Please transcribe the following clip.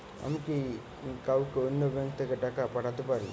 আমি কি কাউকে অন্য ব্যাংক থেকে টাকা পাঠাতে পারি?